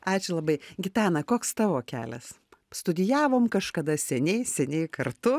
ačiū labai gitana koks tavo kelias studijavom kažkada seniai seniai kartu